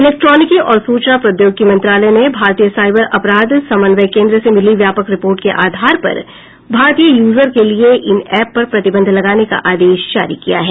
इलेक्ट्रानिकी और सूचना प्रौद्योगिकी मंत्रालय ने भारतीय साइबर अपराध समन्वय केंद्र से मिली व्यापक रिपोर्ट के आधार पर भारतीय यूजर के लिए इन ऐप पर प्रतिबंध लगाने का आदेश जारी किया है